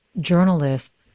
journalist